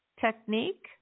technique